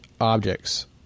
objects